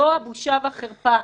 זו הבושה והחרפה.